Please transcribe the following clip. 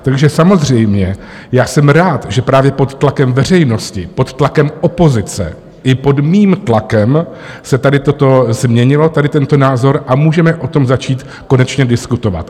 Takže samozřejmě, já jsem rád, že právě pod tlakem veřejnosti, pod tlakem opozice i pod mým tlakem se tady toto změnilo, tady tento názor, a můžeme o tom začít konečně diskutovat.